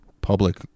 public